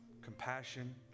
compassion